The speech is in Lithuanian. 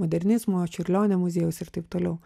modernizmo čiurlionio muziejaus ir taip toliau